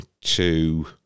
two